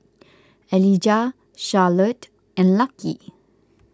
Elijah Charlotte and Lucky